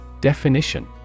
Definition